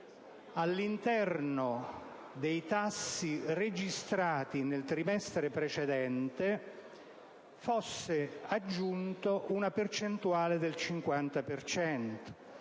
usura, ai tassi registrati nel trimestre precedente fosse aggiunta una percentuale del 50